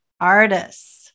artists